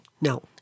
No